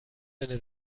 deine